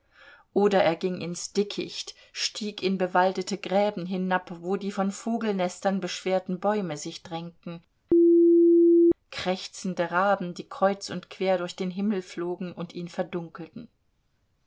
oder er ging ins dickicht stieg in bewaldete gräben hinab wo die von vogelnestern beschwerten bäume sich drängten krächzende raben die kreuz und quer durch den himmel flogen und ihn verdunkelten